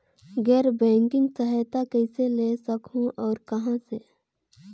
गैर बैंकिंग सहायता कइसे ले सकहुं और कहाँ से?